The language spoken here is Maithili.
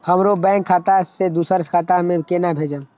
हमरो बैंक खाता से दुसरा खाता में केना भेजम?